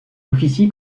officie